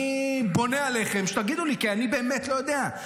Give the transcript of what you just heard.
אני בונה עליכם שתגידו לי כי אני באמת לא יודע.